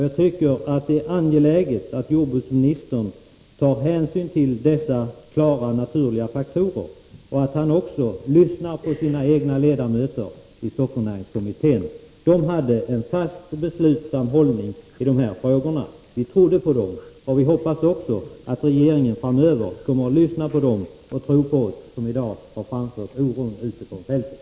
Det är angeläget att jordbruksministern tar hänsyn till dessa faktorer och att han också lyssnar på sina egna partikamrater i sockernäringskommittén. De visade en fast och beslutsam hållning i dessa frågor. Vi trodde på dem, och vi hoppas också att regeringen framöver kommer att lyssna på dem och tro på oss som i dag har framfört oron som finns ute på fältet.